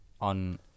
on